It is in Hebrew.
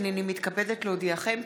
הינני מתכבדת להודיעכם,